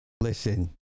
Listen